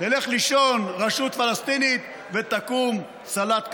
תלך לישון רשות פלסטינית ותקום סלט קצוץ.